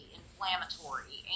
inflammatory